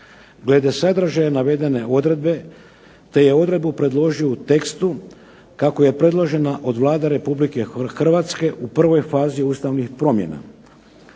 glede sadržaja navedene odredbe, te je odredbu predložio u tekstu kako je predložena od Vlada Republike Hrvatske u prvoj fazi ustavnih promjena.